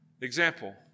Example